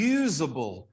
usable